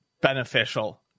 Beneficial